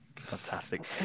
fantastic